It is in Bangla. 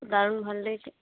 দারুণ ভালো লেগেছে